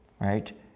right